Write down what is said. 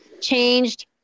changed